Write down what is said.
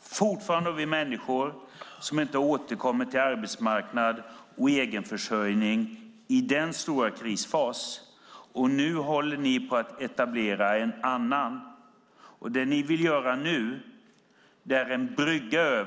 Fortfarande har vi människor som inte har återkommit till arbetsmarknaden och i egenförsörjning efter denna stora krisfas. Och nu håller ni på att etablera en annan. Det ni vill göra nu är en brygga